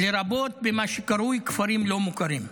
לרבות במה שקרוי כפרים לא מוכרים.